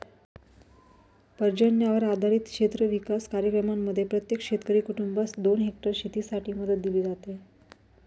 पर्जन्यावर आधारित क्षेत्र विकास कार्यक्रमांमध्ये प्रत्येक शेतकरी कुटुंबास दोन हेक्टर शेतीसाठी मदत दिली जाते